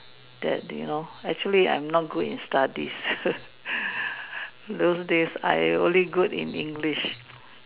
that day lor actually I am not good in studies those days I only good in English